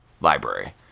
library